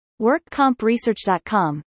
WorkCompResearch.com